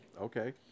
okay